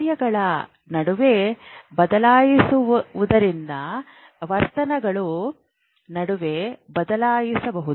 ಕಾರ್ಯಗಳ ನಡುವೆ ಬದಲಾಯಿಸುವುದರಿಂದ ಆವರ್ತನಗಳ ನಡುವೆ ಬದಲಾಯಿಸಬಹುದು